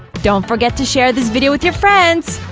don't forget to share this video with your friends!